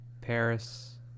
Paris